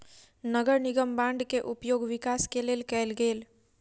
नगर निगम बांड के उपयोग विकास के लेल कएल गेल